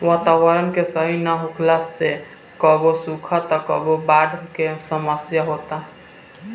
वातावरण के सही ना होखे से कबो सुखा त कबो बाढ़ के समस्या होता